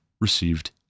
received